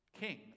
king